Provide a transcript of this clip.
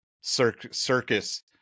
circus